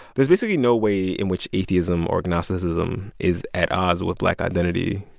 there's basically no way in which atheism or agnosticism is at odds with black identity,